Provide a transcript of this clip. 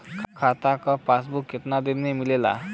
खाता के पासबुक कितना दिन में मिलेला?